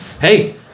hey